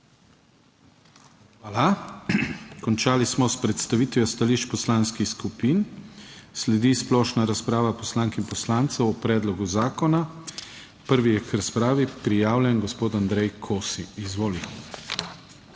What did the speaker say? Hvala. Končali smo s predstavitvijo stališč poslanskih skupin. Sledi splošna razprava poslank in poslancev o predlogu zakona. Prvi je k razpravi prijavljen gospod Andrej Kosi. Izvolite.